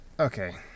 Okay